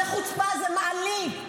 זה מעליב.